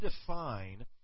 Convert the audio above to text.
define